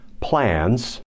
plans